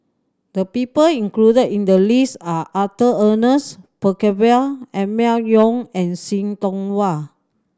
the people included in the list are Arthur Ernest Percival Emma Yong and See Tiong Wah